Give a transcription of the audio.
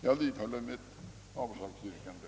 Jag vidhåller mitt avslagsyrkande.